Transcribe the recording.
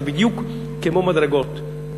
זה בדיוק כמו מדרגות,